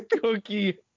cookie